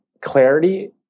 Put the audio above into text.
clarity